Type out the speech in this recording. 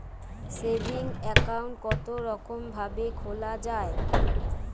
Saving account কতরকম ভাবে খোলা য়ায়?